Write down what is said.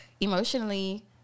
emotionally